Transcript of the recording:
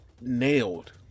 nailed